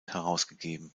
herausgegeben